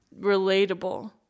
relatable